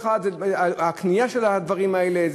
והקנייה של הדברים האלה,